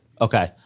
Okay